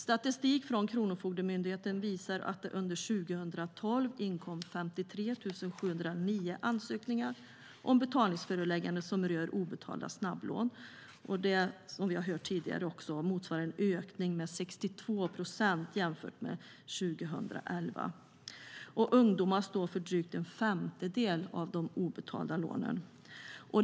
Statistik från Kronofogdemyndigheten visar att det under 2012 inkom 53 709 ansökningar om betalningsförelägganden som rör obetalda snabblån, vilket, som vi har hört tidigare, motsvarar en ökning med 62 procent jämfört med 2011. Ungdomar står för drygt en femtedel av de obetalda lånen.